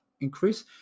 increase